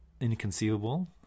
inconceivable